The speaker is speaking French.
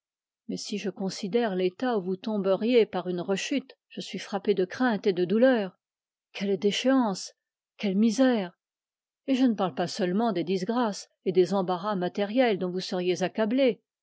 mais si je considère l'état où vous tomberiez par une rechute je suis frappé de crainte et de douleur quelle déchéance quelle misère et je ne parle pas seulement des disgrâces dont vous seriez accablé